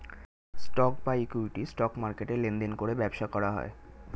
stock বা equity, stock মার্কেটে লেনদেন করে ব্যবসা করা হয়